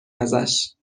ازشاب